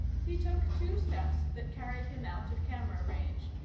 he took two steps that carried him out of camera range,